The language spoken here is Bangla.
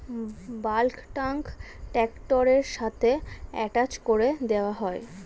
বাল্ক ট্যাঙ্ক ট্র্যাক্টরের সাথে অ্যাটাচ করে দেওয়া হয়